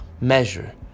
measure